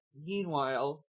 meanwhile